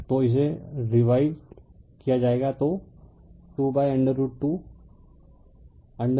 तो इसे रीवाइवड किया जाएगा तो 2√2 √√2होगा